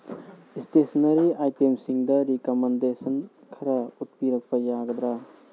ꯏꯁꯇꯦꯁꯟꯅꯔꯤ ꯑꯥꯏꯇꯦꯝꯁꯤꯡꯗ ꯔꯤꯀꯝꯃꯟꯗꯦꯁꯟ ꯈꯔ ꯎꯠꯄꯤꯔꯛꯄ ꯌꯥꯒꯗ꯭ꯔꯥ